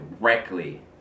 directly